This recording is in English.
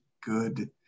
good